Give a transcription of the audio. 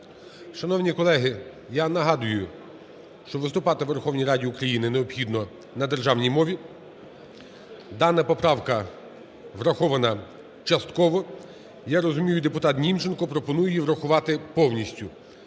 Шановні колеги, я нагадую, що виступати у Верховній Раді України необхідно на державній мові. Дана поправка врахована частково. Я розумію, депутат Німченко пропонує її врахувати повністю.